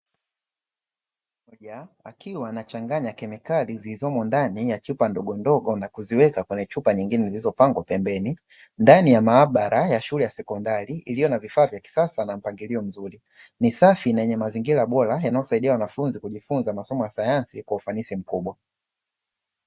Mwalimu akiwa anachanganya kemikali zilizomo ndani ya chupa ndogondogo na kuziweka kwenye chupa nyingine zilizopangwa pembeni, ndani ya maabara ya shule ya sekondari iliyo na vifaa vya kisasa na mpangilio mzuri. Ni safi na yenye mazingira bora yanayosaidia wanafunzi kujifunza masomo ya sayansi kwa ufanisi mkubwa.